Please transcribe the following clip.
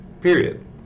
period